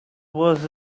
was